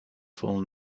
full